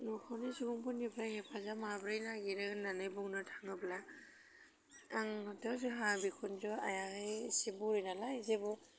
नखरनि सुबुंफोरनिफ्राय हेफाजाब माब्रै नागिरो होन्नानै बुंनो थाङोब्ला आं दा जोंहा बिखुनजो आइया इसे बुरि नालाय जेबो